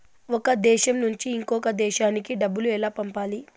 ఒక దేశం నుంచి ఇంకొక దేశానికి డబ్బులు ఎలా పంపాలి?